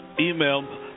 email